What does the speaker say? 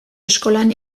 eskolan